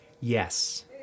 Yes